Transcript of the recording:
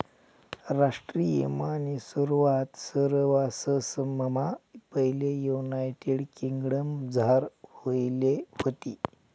राष्ट्रीय ईमानी सुरवात सरवाससममा पैले युनायटेड किंगडमझार व्हयेल व्हती